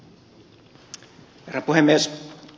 herra puhemies